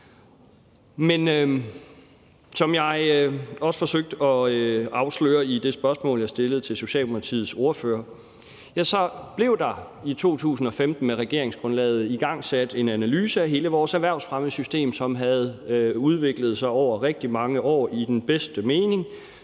Men som jeg også forsøgte at afsløre med det spørgsmål, jeg stillede til Socialdemokratiets ordfører, så blev der i 2015 med regeringsgrundlaget igangsat en analyse af hele vores erhvervsfremmesystem, som havde udviklet sig over rigtig mange år – i den bedste mening